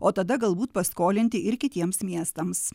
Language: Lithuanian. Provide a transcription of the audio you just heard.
o tada galbūt paskolinti ir kitiems miestams